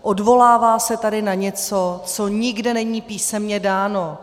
Odvolává se tady na něco, co nikde není písemně dáno.